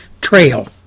trail